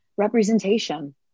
representation